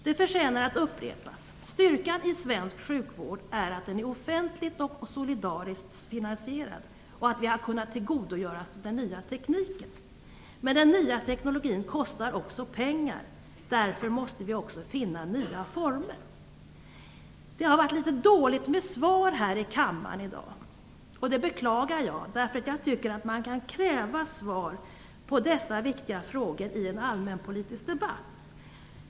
Det förtjänar att upprepas: Styrkan i svensk sjukvård är att den är offentligt och solidariskt finansierad och att vi har kunnat tillgodogöra oss den nya tekniken. Men den nya teknologin kostar pengar. Därför måste vi också finna nya former. Det har varit dåligt med svar här i kammaren i dag. Det beklagar jag. Jag tycker att man kan kräva svar på dessa viktiga frågor i en allmänpolitisk debatt.